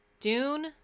Dune